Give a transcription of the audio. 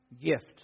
gift